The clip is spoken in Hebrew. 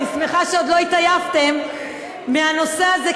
אני שמחה שעוד לא התעייפתם מהנושא הזה,